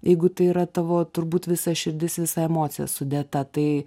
jeigu tai yra tavo turbūt visa širdis visa emocija sudėta tai